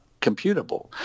computable